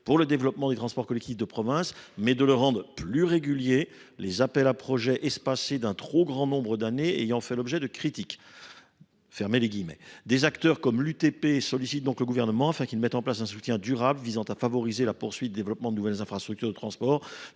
pour le développement des transports collectifs de province, mais de le rendre plus régulier, les appels à projets espacés d’un trop grand nombre d’années ayant fait l’objet de critiques ». Plusieurs acteurs, tels que l’Union des transports publics et ferroviaires (UTP), sollicitent donc le Gouvernement afin qu’il mette en place un soutien durable visant à favoriser la poursuite du développement de nouvelles infrastructures de transport,